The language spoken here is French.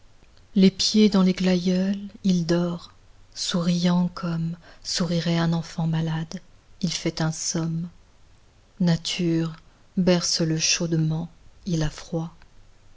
les pieds dans les glaïeuls il dort souriant comme sourirait un enfant malade il fait un somme nature berce le chaudement il a froid